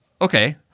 Okay